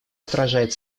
отражает